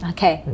Okay